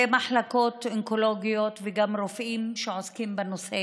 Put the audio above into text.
מחלקות אונקולוגיות וגם רופאים שעוסקים בנושא